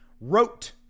wrote